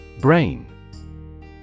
Brain